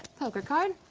poker card.